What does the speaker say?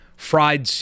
Fried